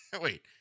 wait